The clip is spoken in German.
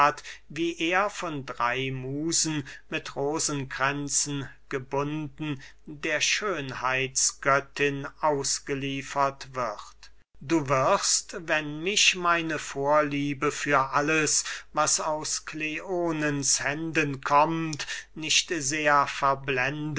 wie er von drey musen mit rosenkränzen gebunden der schönheitsgöttin ausgeliefert wird du wirst wenn mich meine vorliebe für alles was aus kleonens händen kommt nicht sehr verblendet